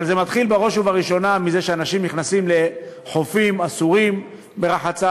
אבל הדבר מתחיל בראש ובראשונה מזה שאנשים נכנסים לחופים אסורים לרחצה,